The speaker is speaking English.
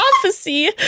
prophecy